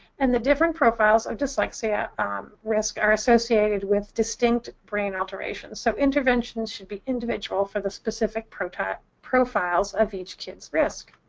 and the different profiles of dyslexia risk are associated with distinct brain alterations. so interventions should be individual for the specific profiles profiles of each kid's risk.